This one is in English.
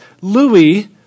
Louis